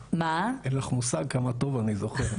אין לך מושג כמה טוב אני זוכר.